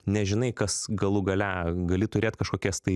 nežinai kas galų gale gali turėt kažkokias tai